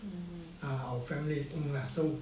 ah our family ng lah so